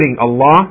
Allah